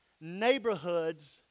neighborhoods